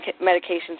medication's